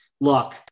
Look